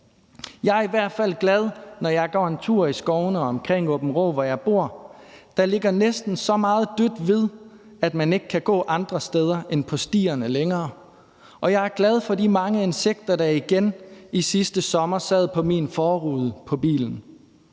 Jeg er i hvert fald glad, når jeg går en tur i skovene omkring Aabenraa, hvor jeg bor. Der ligger næsten så meget dødt ved, at man ikke kan gå andre steder end på stierne længere. Og jeg er glad for de mange insekter, der igen sidste sommer sad på min forrude på bilen.